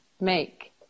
make